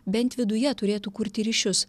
bent viduje turėtų kurti ryšius